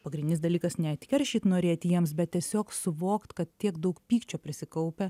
pagrindinis dalykas ne atkeršyt norėt jiems bet tiesiog suvokt kad tiek daug pykčio prisikaupę